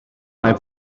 mae